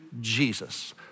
Jesus